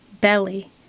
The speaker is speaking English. belly